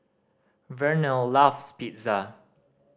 Vernelle loves Pizza